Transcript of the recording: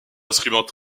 instruments